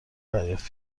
دریافت